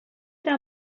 para